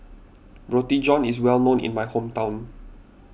Roti John is well known in my hometown